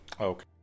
Okay